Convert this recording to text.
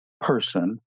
person